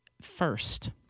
first